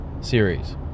series